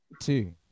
two